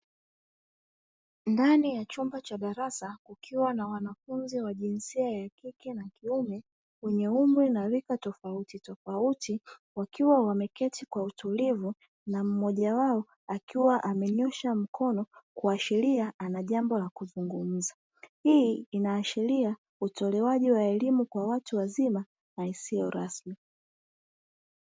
Ndani ya chumba cha darasa kukiwa na wanafunzi wa jinsia ya kike na kiume wenye umri wa rika tofautitofauti, wakiwa wameketi kwa utulivu na mmoja wao akiwa amenyoosha mkono kuashiria ana jambo la kuzungumza, hii inaashiria utolewaji wa elimu kwa watu wazima na isiyo rasmi.